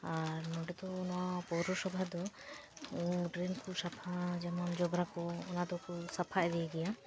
ᱟᱨ ᱱᱚᱸᱰᱮ ᱫᱚ ᱱᱚᱶᱟ ᱯᱳᱣᱨᱚᱥᱚᱵᱷᱟ ᱫᱚ ᱰᱨᱮᱱ ᱠᱚ ᱥᱟᱯᱷᱟ ᱡᱮᱢᱚᱱ ᱡᱚᱵᱨᱟ ᱠᱚ ᱚᱱᱟ ᱫᱚᱠᱚ ᱥᱟᱯᱷᱟ ᱤᱫᱤᱭ ᱜᱮᱭᱟ